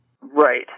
Right